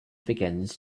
begins